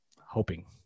hoping